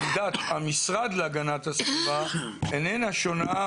עמדת המשרד להגנת הסביבה איננה שונה,